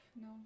No